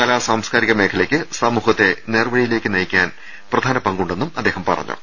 കലാ സാംസ്കാരിക മേഖലയ്ക്ക് സമൂഹത്തെ നേർവഴി യിലേക്ക് നയിക്കുന്നതിൽ പ്രധാന പങ്കുണ്ടെന്നും അദ്ദേഹം പറഞ്ഞു